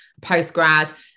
postgrad